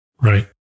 right